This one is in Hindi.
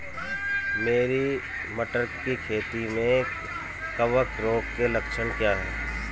मेरी मटर की खेती में कवक रोग के लक्षण क्या हैं?